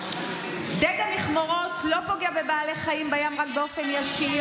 דיג המכמורות לא פוגע בבעלי חיים בים רק באופן ישיר,